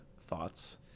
thoughts